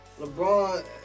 LeBron